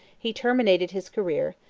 he terminated his career,